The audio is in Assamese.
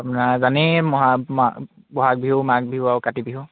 আপোনাৰ জানেই বহাগ বিহু মাঘ বিহু আৰু কাতি বিহু